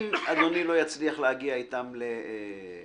אם אדוני לא יצליח להגיע איתם להבנות,